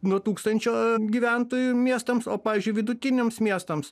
nuo tūkstančio gyventojų miestams o pavyzdžiui vidutiniams miestams